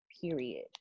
Period